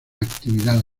actividad